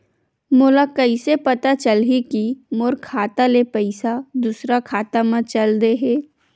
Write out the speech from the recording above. मोला कइसे पता चलही कि मोर खाता ले पईसा दूसरा खाता मा चल देहे?